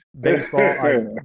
Baseball